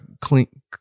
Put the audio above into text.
clean